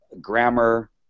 grammar